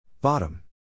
bottom